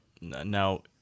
Now